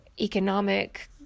economic